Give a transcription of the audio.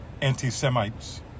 anti-Semites